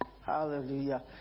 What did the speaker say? Hallelujah